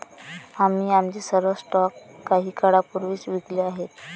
आम्ही आमचे सर्व स्टॉक काही काळापूर्वीच विकले आहेत